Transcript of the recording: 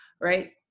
Right